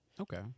Okay